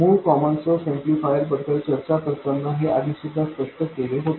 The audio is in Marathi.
मूळ कॉमन सोर्स एम्पलीफायर बद्दल चर्चा करताना हे आधीसुद्धा स्पष्ट केले होते